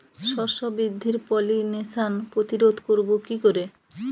শস্য বৃদ্ধির পলিনেশান প্রতিরোধ করব কি করে?